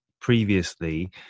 previously